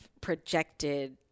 projected